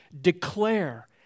Declare